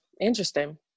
interesting